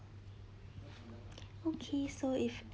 okay so if